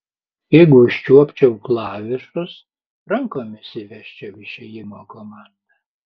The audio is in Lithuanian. jeigu užčiuopčiau klavišus rankomis įvesčiau išėjimo komandą